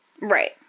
Right